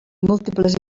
múltiples